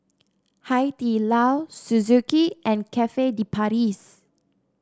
Hai Di Lao Suzuki and Cafe De Paris